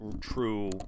true